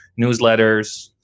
newsletters